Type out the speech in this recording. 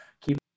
keep